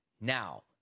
now